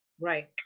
right